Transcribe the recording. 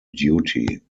duty